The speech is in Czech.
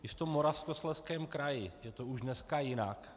I v tom Moravskoslezském kraji je to už dneska jinak.